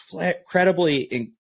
incredibly